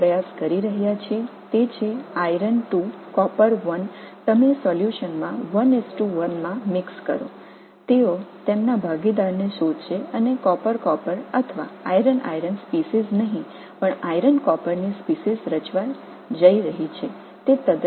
எனவே நாங்கள் சொல்ல முயற்சிப்பது இரும்பு காப்பர் 11 என்ற விகிதத்தில் கரைசலாக கலக்கும்போது அவைகள் ஒரு காப்பர் காப்பர் அல்லது இரும்பு இரும்பு இனங்கள் அல்லாமல் ஒரு இரும்பு காப்பர் இனம் உருவாகப் போகிறது